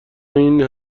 این